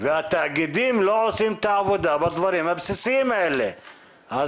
והתאגידים לא עושים את העבודה בדברים הבסיסיים האלה.